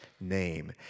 name